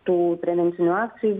tų prevencinių akcijų